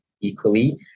Equally